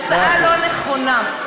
יצאה לא נכונה,